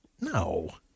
No